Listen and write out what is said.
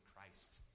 Christ